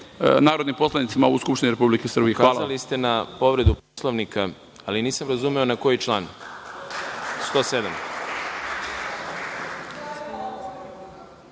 narodnim poslanicima u Skupštini Republike Srbije. Hvala